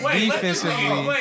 defensively